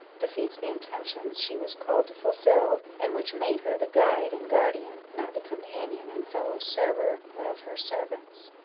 defeats the intentions she was called to fulfil, and which made her the guide and guardian, not the companion and fellow-server, of her servants.